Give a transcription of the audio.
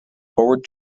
forward